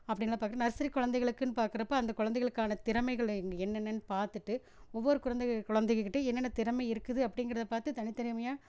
அப்படின்லாம் பார்க்கற நர்சரி கொழந்தைகளுக்குன்னு பார்க்குறப்ப அந்த கொழந்தைகளுக்கான திறமைகள் என்னென்னன்னு பார்த்துட்டு ஒவ்வொரு கொழந்தைக கொழந்தைகக்கிட்ட என்னென்ன திறமை இருக்குது அப்படிங்கிறத பார்த்து தனித்திறமையாக